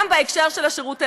גם בהקשר של השירות הלאומי.